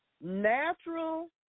natural